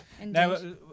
Now